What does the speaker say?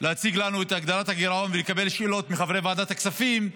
להציג לנו את הגדלת הגירעון ולקבל שאלות מחברי ועדת הכספים,